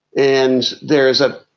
and there is ah